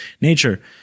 nature